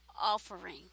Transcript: offering